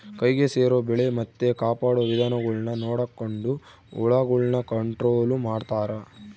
ಕೈಗೆ ಸೇರೊ ಬೆಳೆ ಮತ್ತೆ ಕಾಪಾಡೊ ವಿಧಾನಗುಳ್ನ ನೊಡಕೊಂಡು ಹುಳಗುಳ್ನ ಕಂಟ್ರೊಲು ಮಾಡ್ತಾರಾ